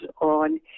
on